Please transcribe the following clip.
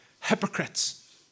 Hypocrites